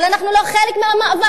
אבל אנחנו לא חלק מהמאבק.